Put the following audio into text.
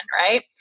right